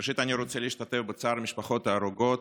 ראשית, אני רוצה להשתתף בצערן של משפחות ההרוגות.